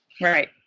Right